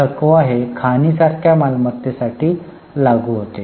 थकवा हे खाणीसारख्या मालमत्तेसाठी लागू होते